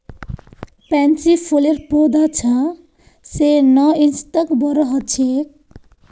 pansy फूलेर पौधा छह स नौ इंच तक बोरो ह छेक